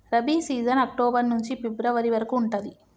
rabi season October నుంచి February వరకు ఉంటది